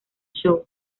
show